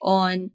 on